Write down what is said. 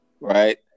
right